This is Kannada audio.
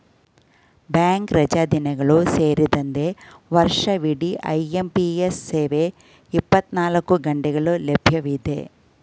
ಬ್ಯಾಂಕ್ ರಜಾದಿನಗಳು ಸೇರಿದಂತೆ ವರ್ಷವಿಡಿ ಐ.ಎಂ.ಪಿ.ಎಸ್ ಸೇವೆ ಇಪ್ಪತ್ತನಾಲ್ಕು ಗಂಟೆಗಳು ಲಭ್ಯವಿದೆ